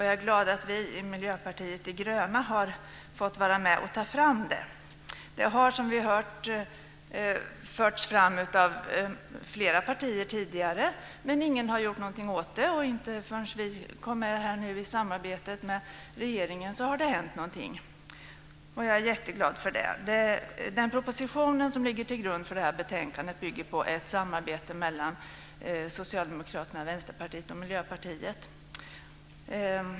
Jag är glad att vi i Miljöpartiet de gröna har fått vara med och ta fram förslaget. Förslaget har förts fram av flera partier tidigare, men ingenting har gjorts förrän vi har kommit i samarbete med regeringen. Jag är jätteglad för det. Propositionen som ligger till grund för betänkandet bygger på ett samarbete mellan Socialdemokraterna, Vänsterpartiet och Miljöpartiet.